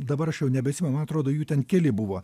dabar aš jau nebeatsimenu atrodo jų ten keli buvo